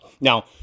Now